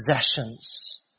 possessions